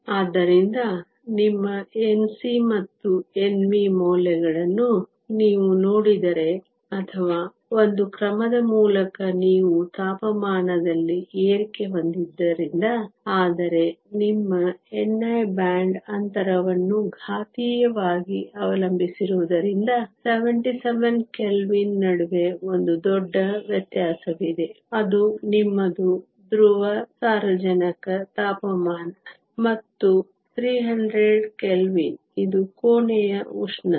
ಆದ್ದರಿಂದ ನಿಮ್ಮ Nc ಮತ್ತು Nv ಮೌಲ್ಯಗಳನ್ನು ನೀವು ನೋಡಿದರೆ ಅಥವಾ ಒಂದು ಕ್ರಮದ ಮೂಲಕ ನೀವು ತಾಪಮಾನದಲ್ಲಿ ಏರಿಕೆ ಹೊಂದಿದ್ದರಿಂದ ಆದರೆ ನಿಮ್ಮ ni ಬ್ಯಾಂಡ್ ಅಂತರವನ್ನು ಘಾತೀಯವಾಗಿ ಅವಲಂಬಿಸಿರುವುದರಿಂದ 77 ಕೆಲ್ವಿನ್ ನಡುವೆ ಒಂದು ದೊಡ್ಡ ವ್ಯತ್ಯಾಸವಿದೆ ಅದು ನಿಮ್ಮದು ದ್ರವ ಸಾರಜನಕ ತಾಪಮಾನ ಮತ್ತು 300 ಕೆಲ್ವಿನ್ ಇದು ಕೋಣೆಯ ಉಷ್ಣತೆ